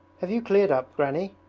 have you cleared up. granny